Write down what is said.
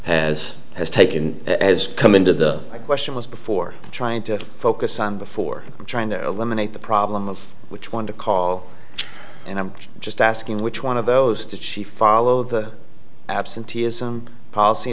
has has taken as come into the question was before trying to focus on before trying to eliminate the problem of which one to call and i'm just asking which one of those did she follow the absenteeism policy